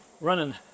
running